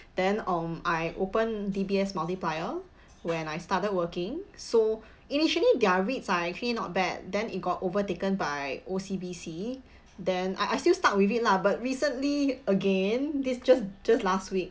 then um I open D_B_S multiplier when I started working so initially their rates ah actually not bad then it got overtaken by O_C_B_C then I I still stuck with it lah but recently again this just just last week